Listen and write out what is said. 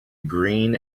green